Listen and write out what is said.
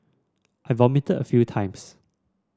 I vomited a few times